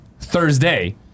Thursday